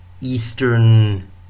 Eastern